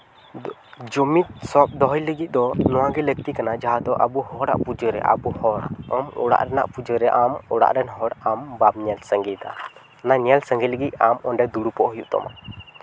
ᱡᱩᱢᱤᱫ ᱥᱟᱵ ᱫᱚᱦᱚᱭ ᱞᱟᱹᱜᱤᱫ ᱫᱚ ᱱᱚᱣᱟᱜᱮ ᱞᱟᱹᱠᱛᱤ ᱠᱟᱱᱟ ᱡᱟᱦᱟᱸ ᱫᱚ ᱟᱵᱚ ᱦᱚᱲᱟᱜ ᱯᱩᱡᱟᱹᱨᱮ ᱟᱵᱚ ᱦᱚᱲ ᱠᱚᱢ ᱚᱲᱟᱜ ᱨᱮᱱᱟᱜ ᱯᱩᱡᱟᱹᱨᱮ ᱟᱢ ᱚᱲᱟᱜ ᱨᱮᱱ ᱟᱢ ᱵᱟᱢ ᱧᱮᱞ ᱥᱟᱝᱜᱮᱭ ᱫᱟ ᱚᱱᱟ ᱧᱮᱞ ᱥᱟᱝᱜᱮ ᱞᱟᱹᱜᱤᱜ ᱟᱢ ᱚᱰᱮ ᱫᱩᱲᱩᱵᱚᱜ ᱦᱩᱭᱩᱜ ᱛᱟᱢᱟ